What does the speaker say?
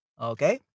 Okay